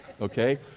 Okay